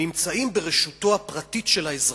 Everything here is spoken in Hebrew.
נמצאים ברשותו הפרטית של האזרח,